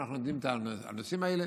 ואנחנו יודעים מה הנושאים האלה,